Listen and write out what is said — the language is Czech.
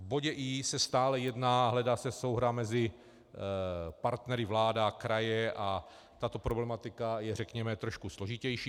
V bodě i) se stále jedná, hledá se souhra mezi partnery, vláda, kraje, a tato problematika je, řekněme, trošku složitější.